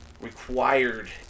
required